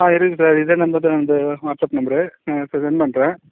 ஆ இருக்கு சார் இதே நம்பர் தான் சார் வாட்ஸ் அப் நம்பரு நான் இப்போ செண்ட் பண்ணுறேன்